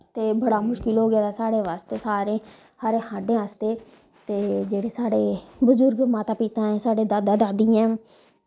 ते बड़ा मुश्कल हो गेदा साढ़े आस्ते सारे हर साढ़े आस्ते ते जेह्ड़े साढ़े बजुर्ग माता पिता ऐ दादा दादी ऐं